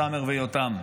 סאמר ויותם,